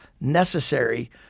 necessary